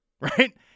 right